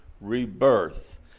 rebirth